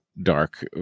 dark